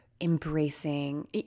embracing